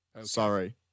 Sorry